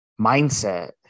mindset